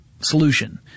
solution